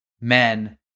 men